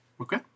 Okay